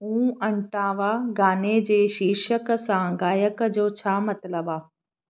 ऊ अंटावा गाने जे शीर्षक सां गायक जो छा मतिलबु आहे